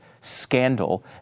scandal